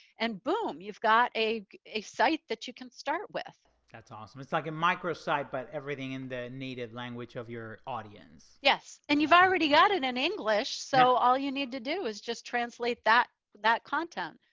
and boom, you've got a a site that you can start with. that's awesome. it's like a micro site, but everything in the native language of your audience. yes. and you've already got it in english, so all you need to do is just translate that that content.